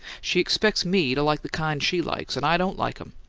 she expects me to like the kind she likes, and i don't like em.